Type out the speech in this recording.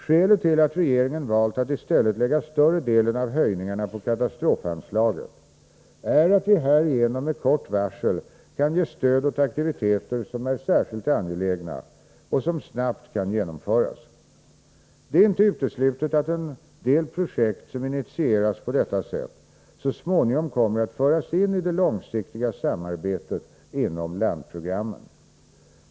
Skälet till att regeringen valt att i stället lägga större delen av höjningen på katastrofanslaget är att vi härigenom med kort varsel kan ge stöd åt aktiviteter som är särskilt angelägna och som snabbt kan genomföras. Det är inte uteslutet att en del projekt som initieras på detta sätt så småningom kommer att föras in i det långsiktiga samarbetet inom landprogrammen.